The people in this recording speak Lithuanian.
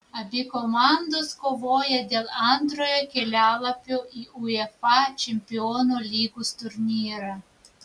abi komandos kovoja dėl antrojo kelialapio į uefa čempionų lygos turnyrą